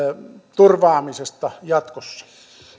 turvaamisesta jatkossa